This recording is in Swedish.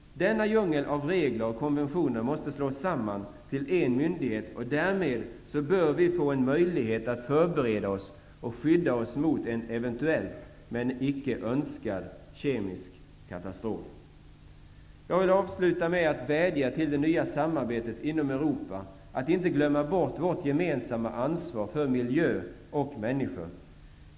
Denna djungel av regler och konventioner måste slås samman i en myndighet, och därmed bör vi få en möjlighet att förbereda oss och skydda oss mot en eventuell men icke önskad kemisk katastrof. Jag vill sluta med att vädja om att vi i det nya samarbetet inom Europa inte skall glömma bort vårt gemensamma ansvar för miljö och människor.